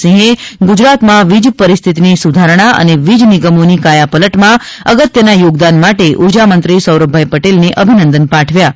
સિંહે ગુજરાતમાં વીજ પરિસ્થિતીની સુધારણા અને વીજ નિગમોની કાયાપલટમાં અગત્યના યોગદાન માટે ઉર્જામંત્રી શ્રી સૌરભભાઇ પટેલને અભિનંદન પાઠવ્યા છે